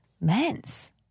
men's